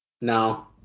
no